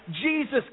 Jesus